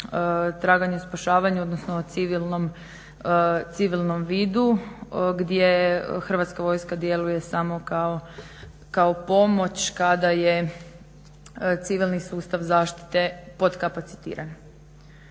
traganju i spašavanju odnosno civilnom vidu gdje Hrvatska vojska djeluje samo kao pomoć kada je civilni sustav zaštite potkapacitiran.